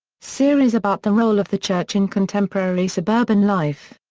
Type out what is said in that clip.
series about the role of the church in contemporary suburban life.